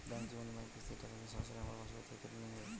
Bank জীবন বিমার কিস্তির টাকা কি সরাসরি আমার পাশ বই থেকে কেটে নিবে?